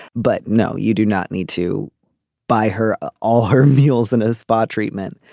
but no you do not need to buy her all her meals and a spa treatment